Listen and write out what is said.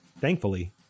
Thankfully